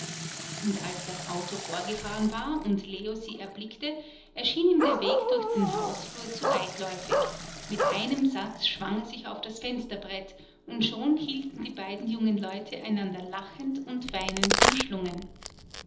und als das auto vorgefahren war und leo sie erblickte erschien ihm der weg durch den hausflur zu weitläufig mit einem satz schwang er sich auf das fensterbrett und schon hielten die beiden jungen leute einander lachend und weinend umschlungen